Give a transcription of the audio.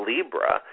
Libra